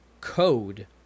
code